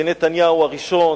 כנתניהו הראשון,